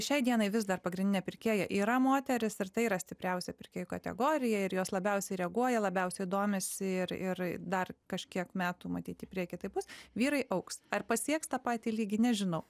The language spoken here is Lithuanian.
šiai dienai vis dar pagrindinė pirkėja yra moteris ir tai yra stipriausia pirkėjų kategorija ir jos labiausiai reaguoja labiausiai domisi ir ir dar kažkiek metų matyt į priekį taip bus vyrai augs ar pasieks tą patį lygį nežinau